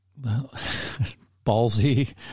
ballsy